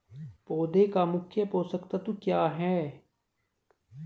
पौधे का मुख्य पोषक तत्व क्या हैं?